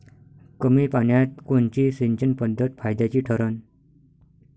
कमी पान्यात कोनची सिंचन पद्धत फायद्याची ठरन?